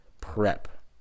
prep